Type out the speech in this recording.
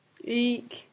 Eek